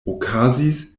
okazis